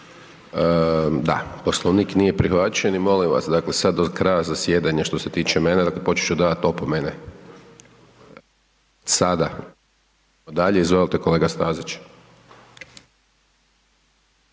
Da, Poslovnik nije prihvaćen i molim vas, dakle, sad do kraja zasjedanja, što se tiče mene, počet ću davati opomene, sada…/Govornik se ne čuje/…dalje, izvolite kolega Stazić.